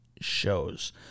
shows